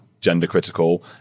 gender-critical